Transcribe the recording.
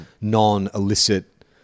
non-illicit